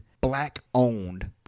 black-owned